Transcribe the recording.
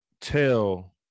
tell